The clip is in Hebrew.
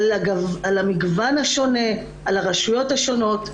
על המגוון השונה, על הרשויות השונות.